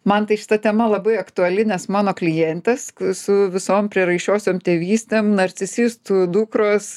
man tai šita tema labai aktuali nes mano klientas su visom prieraišiosiom tėvystėm narcisistų dukros